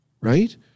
Right